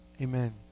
Amen